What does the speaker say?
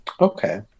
Okay